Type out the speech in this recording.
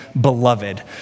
beloved